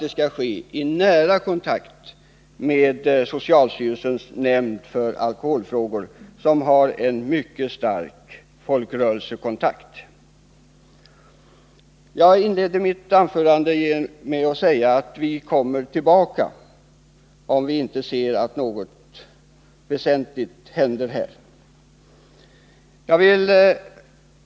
Detta samordningsorgan bör stå i nära kontakt med socialstyrelsens nämnd för alkoholfrågor, som har en mycket stark folkrörelsekontakt. Jag inledde mitt anförande med att säga, och jag vill gärna upprepa det nu, att vi kommer tillbaka om vi finner att det inte händer något väsentligt.